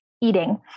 eating